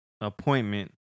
appointment